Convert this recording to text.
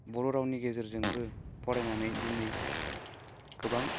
बर' रावनि गेजेरजोंबो फरायनानै दिनै गोबां